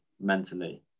mentally